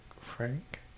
Frank